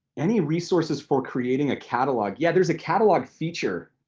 any resources for creating a catalog? yeah, there's a catalog feature,